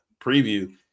preview